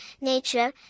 nature